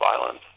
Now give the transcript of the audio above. violence